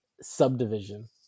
Subdivision